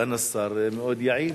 סגן השר מאוד יעיל.